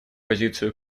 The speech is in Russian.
позицию